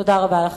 תודה רבה לכם.